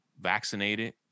vaccinated